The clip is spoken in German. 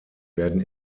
werden